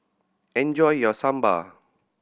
enjoy your Sambar